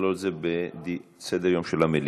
נכלול את זה בסדר-היום של המליאה.